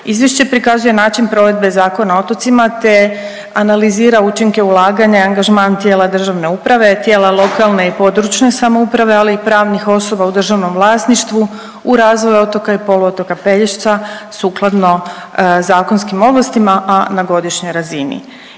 Izvješće prikazuje način provedbe Zakona o otocima, te analizira učinke ulaganja i angažman tijela državne uprave, tijela lokalne i područne samouprave, ali i pravnih osoba u državnom vlasništvu u razvoju otoka i poluotoka Pelješca sukladno zakonskim ovlastima, a na godišnjoj razini.